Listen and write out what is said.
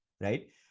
right